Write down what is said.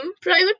private